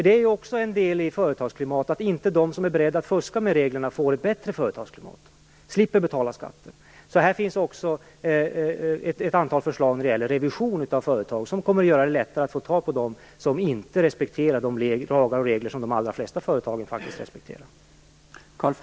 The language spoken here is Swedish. Det är också en del av företagsklimatet: att inte de som är beredda att fuska med reglerna får ett bättre företagsklimat och slipper betala skatter. Här finns ett antal förslag om revision av företag, vilka kommer att göra det lättare att få tag på dem som inte respekterar de lagar och regler som de allra flesta företagen respekterar.